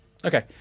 Okay